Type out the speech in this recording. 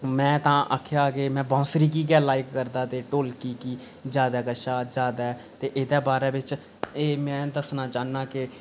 में तां आखेआ हा कि में बांसुरी गी गै लाइक करदा ते ढोलकी गी ज्यादा कशा ज्यादा ते एह्दे बारे बिच्च एह् में दस्सना चाहन्नां ऐ कि